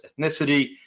ethnicity